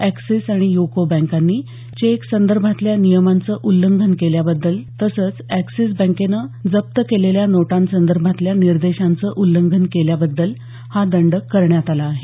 Axis आणि यूको बँकांनी चेकसंदर्भातल्या नियमांचं उल्लंघन केल्याबद्दल तसंच एक्सिस बँकेनं जप्त केलेल्या नोटांसदर्भातल्या निर्देशांचं उल्लंघन केल्याबद्दल हा दंड करण्यात आला आहे